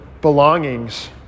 belongings